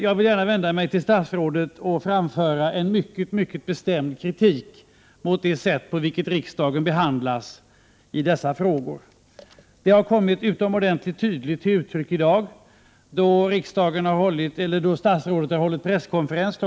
Jag vill gärna vända mig till statsrådet och framföra en mycket bestämd kritik mot det sätt på vilket riksdagen behandlas i dessa frågor. Det har kommit utomordentligt tydligt till uttryck i dag, då statsrådet har hållit presskonferens kl.